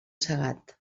cegat